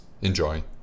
enjoy